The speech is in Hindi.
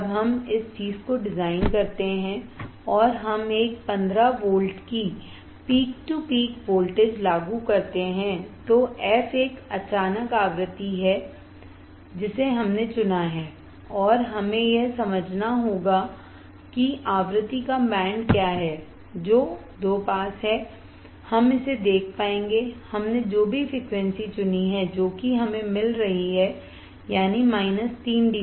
जब हम इस चीज़ को डिज़ाइन करते हैं और हम एक पंद्रह वोल्ट की पीक टू पीक वोल्टेज लागू करते हैं तो f एक अचानक आवृत्ति है जिसे हमने चुना है और हमें यह समझना होगा कि आवृत्ति का बैंड क्या है जो दो पास है हम इसे देख पाएंगे हमने जो भी फ़्रीक्वेंसी चुनी है जो कि हमें मिल रही है 3dB